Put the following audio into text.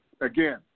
again